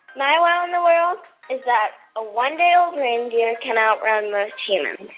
my wow in the world is that a one-day-old reindeer can outrun most humans